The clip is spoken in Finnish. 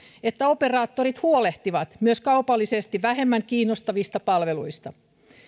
että operaattorit huolehtivat myös kaupallisesti vähemmän kiinnostavista palveluista